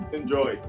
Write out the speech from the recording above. enjoy